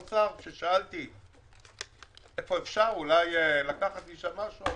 כששאלתי כשר אוצר אם אפשר לקחת משם משהו,